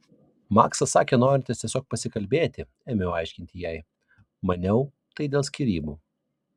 maksas sakė norintis tiesiog pasikalbėti ėmiau aiškinti jai maniau tai dėl skyrybų